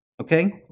Okay